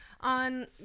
on